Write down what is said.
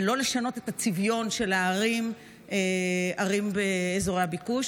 ולא לשנות את הצביון של הערים באזורי הביקוש.